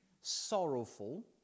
sorrowful